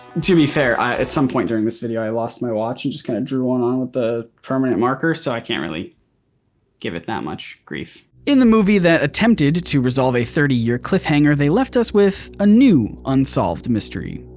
to be fair at some point during this video i lost my watch and just kind of drew one on with a permanent marker, so i can't really give it that much grief. in the movie that attempted to resolve a thirty year cliffhanger, they left us with a new unsolved mystery.